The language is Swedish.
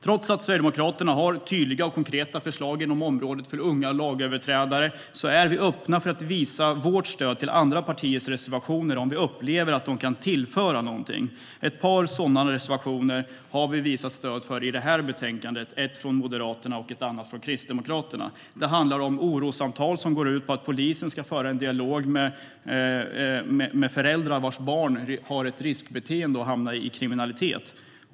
Trots att Sverigedemokraterna har tydliga och konkreta förslag inom området unga lagöverträdare är vi öppna för att visa vårt stöd till andra partiers reservationer om vi upplever att de kan tillföra någonting. Ett par sådana reservationer har vi visat stöd för i det här betänkandet, en från Moderaterna och en annan från Kristdemokraterna. Den ena handlar om orossamtal som går ut på att polisen ska föra en dialog med föräldrar vars barn har ett riskbeteende och hamnar i kriminalitet.